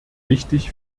wichtig